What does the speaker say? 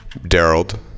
Daryl